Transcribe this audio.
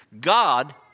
God